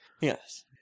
Yes